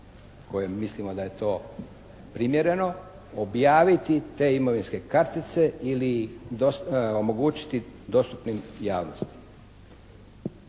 kojem mislimo da je to primjereno objaviti te imovinske kartice ili ih dostaviti, omogućiti dostupnim javnosti.